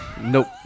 Nope